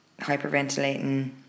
hyperventilating